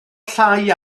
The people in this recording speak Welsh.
llai